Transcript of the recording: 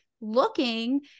looking